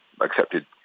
accepted